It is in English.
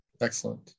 Excellent